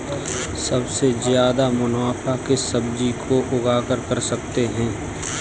सबसे ज्यादा मुनाफा किस सब्जी को उगाकर कर सकते हैं?